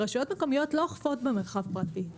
רשויות מקומיות לא אוכפות במרחב פרטי.